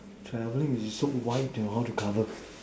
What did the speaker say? traveling is so wide you know how to cover